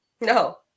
No